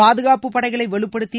பாாதுகாப்பு படைகளை வலுப்படுத்தி